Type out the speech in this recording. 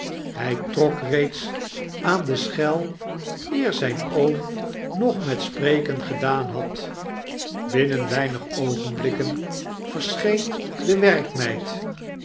hy trok reeds aan de schel eer zyn oom nog met spreken gedaan had binnen weinig oogenblikken verscheen de werkmeid